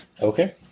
Okay